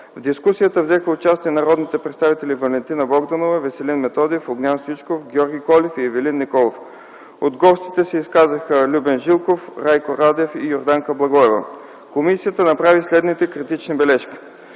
В дискусията взеха участие народните представители Валентина Богданова, Веселин Методиев, Огнян Стоичков, Георги Колев и Ивелин Николов. От гостите се изказаха Любен Жилков, Райко Радев и Йорданка Благоева. Комисията направи следните критични бележки: